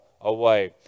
away